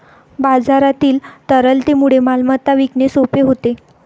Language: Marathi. बाजारातील तरलतेमुळे मालमत्ता विकणे सोपे होते